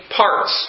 parts